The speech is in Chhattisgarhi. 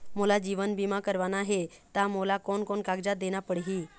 मोला जीवन बीमा करवाना हे ता मोला कोन कोन कागजात देना पड़ही?